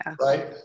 right